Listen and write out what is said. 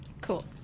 Cool